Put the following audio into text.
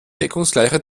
deckungsgleiche